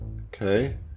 Okay